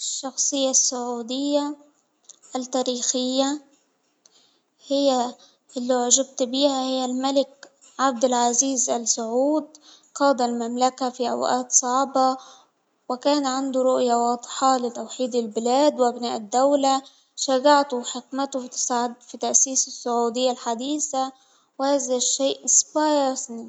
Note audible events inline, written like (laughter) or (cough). الشخصية السعودية التاريخية هي اللي أعجبت بها هي الملك عبدالعزيز ال سعود، قاد المملكة في أوقات صعبة، وكان عنده رؤية واضحة لتوحيد البلاد وبناء الدولة، شجاعته وحكمتة تساعد قي تأسيس السعودية الحديثة، وهذا الشيء. (unintelligible)